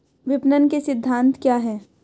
विपणन के सिद्धांत क्या हैं?